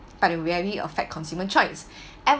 but it really affect consumer choice ad~